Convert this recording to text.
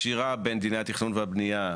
הקשירה בין דיני התכנון והבנייה,